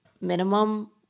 minimum